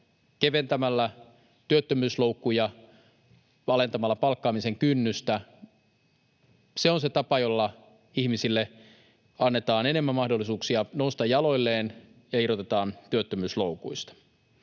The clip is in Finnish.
keventämällä työttömyysloukkuja, alentamalla palkkaamisen kynnystä. Se on se tapa, jolla ihmisille annetaan enemmän mahdollisuuksia nousta jaloilleen ja irti työttömyysloukuista.